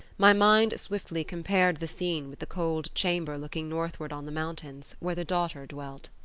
my mind swiftly compared the scene with the cold chamber looking northward on the mountains, where the daughter dwelt.